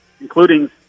including